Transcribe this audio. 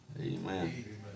Amen